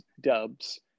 dubs